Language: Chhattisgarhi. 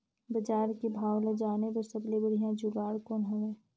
बजार के भाव ला जाने बार सबले बढ़िया जुगाड़ कौन हवय?